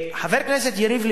חבר הכנסת יריב לוין,